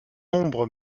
nombre